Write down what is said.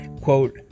quote